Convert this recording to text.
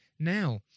Now